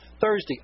Thursday